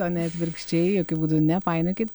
o ne atvirkščiai jokiu būdu nepainiokit